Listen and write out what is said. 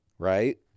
Right